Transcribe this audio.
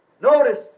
Notice